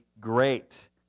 great